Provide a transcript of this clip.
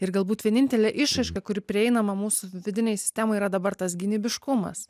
ir galbūt vienintelė išraiška kuri prieinama mūsų vidinei sistemai yra dabar tas gynybiškumas